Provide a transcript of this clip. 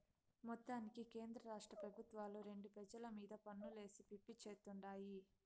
మొత్తానికి కేంద్రరాష్ట్ర పెబుత్వాలు రెండు పెజల మీద పన్నులేసి పిప్పి చేత్తుండాయి